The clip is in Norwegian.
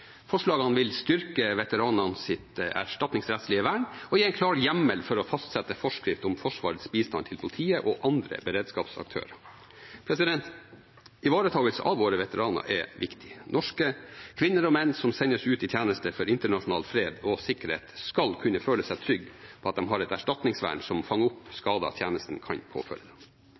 Forslagene vil styrke veteranenes erstatningsrettslige vern og gi en klar hjemmel for å fastsette forskrift om Forsvarets bistand til politiet og andre beredskapsaktører. Ivaretakelse av våre veteraner er viktig. Norske kvinner og menn som sendes ut i tjeneste for internasjonal fred og sikkerhet, skal kunne føle seg trygge på at de har et erstatningsvern som fanger opp skader tjenesten kan påføre dem.